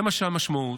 זו המשמעות.